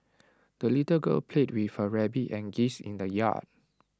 the little girl played with her rabbit and geese in the yard